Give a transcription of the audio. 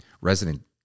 resident